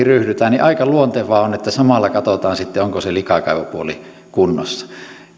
ryhdytään niin aika luontevaa on että samalla katsotaan sitten onko se likakaivopuoli kunnossa